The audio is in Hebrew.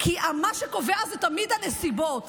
כי מה שקובע זה תמיד הנסיבות,